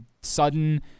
sudden